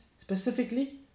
specifically